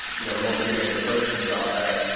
you know, we won't be getting any proceeds off that